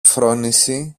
φρόνηση